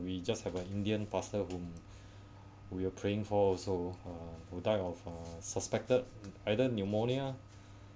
we just have an indian pastor whom we are praying for also uh who died of uh suspected either pneumonia